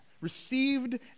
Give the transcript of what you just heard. received